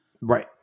right